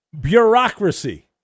bureaucracy